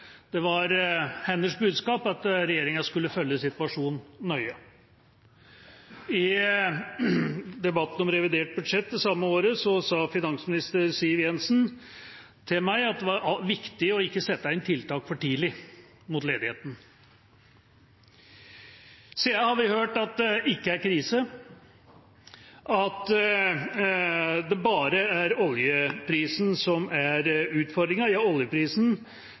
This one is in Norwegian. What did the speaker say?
budskap var at regjeringa skulle følge situasjonen nøye. I debatten om revidert budsjett det samme året sa finansminister Siv Jensen til meg at det var viktig ikke å sette inn tiltak mot ledigheten for tidlig. Siden har vi hørt at det ikke er krise, at det bare er oljeprisen som er utfordringen – ja, oljeprisen,